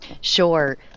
Sure